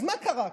אז מה קרה כאן,